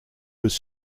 was